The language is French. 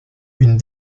une